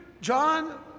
John